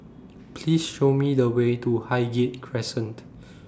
Please Show Me The Way to Highgate Crescent